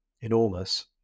enormous